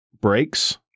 breaks